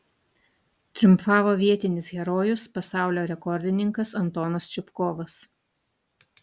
triumfavo vietinis herojus pasaulio rekordininkas antonas čupkovas